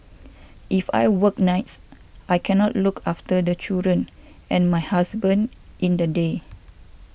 if I work nights I cannot look after the children and my husband in the day